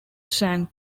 sang